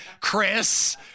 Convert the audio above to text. Chris